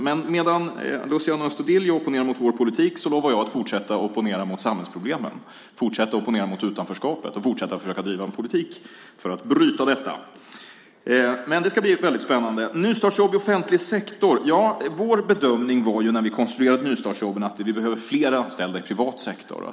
Men medan Luciano Astudillo opponerar mot vår politik lovar jag att fortsätta att opponera mot samhällsproblemen, fortsätta att opponera mot utanförskapet och fortsätta att försöka driva en politik för att bryta detta. Luciano Astudillo talar om nystartsjobb i offentlig sektor. När vi konstruerade nystartsjobben var vår bedömning att vi behöver fler anställda i privat sektor.